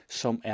som